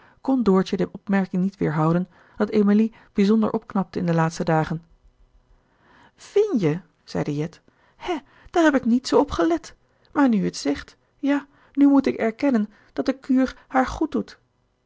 kon doortje de opmerking niet weerhouden dat emilie bijzonder opknapte in de laatste dagen vin-je zeide jet hè daar heb ik niet zoo op gelet maar nu je t zegt ja nu moet ik erkennen dat de kuur haar goed doet